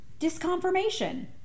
disconfirmation